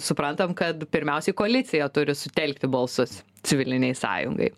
suprantam kad pirmiausiai koalicija turi sutelkti balsus civilinei sąjungai